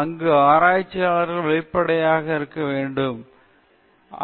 அங்கு ஆராய்ச்சியாளர் வெளிப்படையானதாக இருக்க வேண்டும்